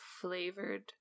flavored